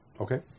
Okay